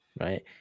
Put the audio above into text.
right